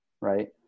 right